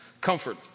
Comfort